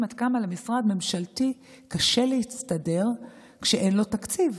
עד כמה למשרד ממשלתי קשה להסתדר כשאין לו תקציב.